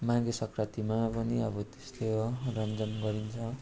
माघे सङ्क्रान्तिमा पनि अब त्यस्तै हो रमझम गरिन्छ